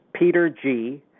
peterg